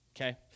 Okay